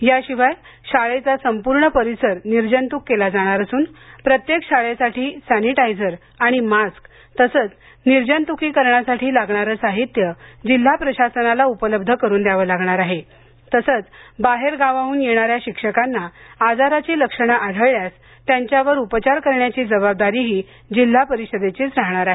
याशिवाय शाळेचा संपूर्ण परिसर निर्जंतुक केला जाणार असून प्रत्येक शाळेसाठी सॅनिटायझर आणि मास्क तसंच निर्जंतुकीकरणासाठी लागणारे साहित्य जिल्हा प्रशासनाला उपलब्ध करून द्यावं लागणार आहे तसंच बाहेरगावाहन येणाऱ्या शिक्षकांना आजाराची लक्षणे आढळल्यास त्यांच्यावर उपचार करण्याची जबाबदारीही जिल्हा परिषदेची राहणार आहे